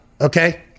Okay